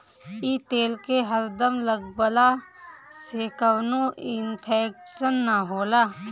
इ तेल के हरदम लगवला से कवनो इन्फेक्शन ना होला